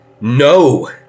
No